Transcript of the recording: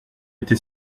était